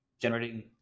generating